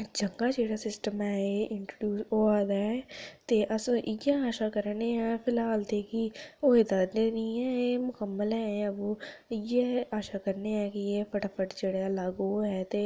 चंगा जेह्ड़ा सिस्टम ऐ एह् इंट्रोड्यूज़ होआ दा ऐ ते अस इ'यै आशा करा ने आं फिलहाल ते की होए दा ते निं ऐ एह् मुक्कमल ऐ एह् बो इ'यै आशा करने आं कि एह् फटाफट जेह्ड़ा ऐ लागू होऐ ते